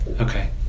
okay